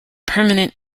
permanent